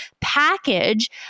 package